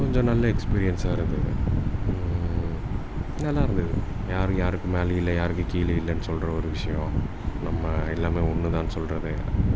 கொஞ்சம் நல்ல எக்ஸ்பீரியன்ஸாக இருந்தது நல்லா இருந்தது யாரும் யாருக்கும் மேலேயும் இல்லை யாருக்கும் கீழேயும் இல்லைன்னு சொல்கிற ஒரு விஷயம் நம்ம எல்லாமே ஒன்றுதான் சொல்கிறது